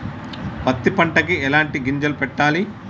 పత్తి పంటకి ఎలాంటి గింజలు పెట్టాలి?